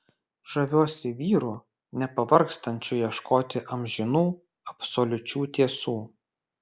žaviuosi vyru nepavargstančiu ieškoti amžinų absoliučių tiesų